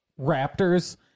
raptors